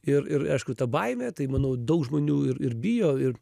ir ir aišku ta baimė tai manau daug žmonių ir ir bijo ir